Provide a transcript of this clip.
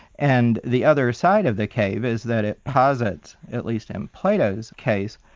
and the other side of the cave is that it posits, at least in plato's case,